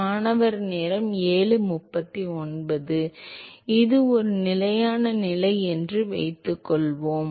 மாணவர் இது ஒரு நிலையான நிலை என்று வைத்துக்கொள்வோம்